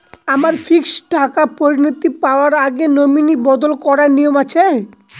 আমার ফিক্সড টাকা পরিনতি পাওয়ার আগে নমিনি বদল করার নিয়ম আছে?